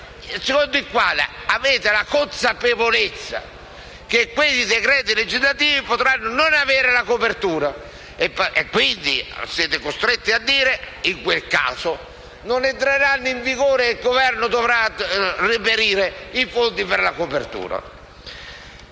un criterio con la consapevolezza che quei decreti legislativi potranno non avere la copertura. Quindi sarete costretti a dire che i decreti non entreranno in vigore e il Governo dovrà reperire i fondi per la copertura.